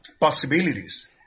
possibilities